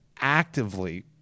actively